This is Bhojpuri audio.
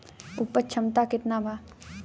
उपज क्षमता केतना वा?